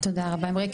תודה רבה, אמרי.